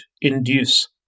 induce